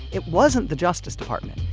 it wasn't the justice department.